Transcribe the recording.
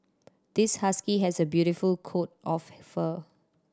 this husky has a beautiful coat of fur